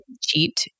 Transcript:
cheat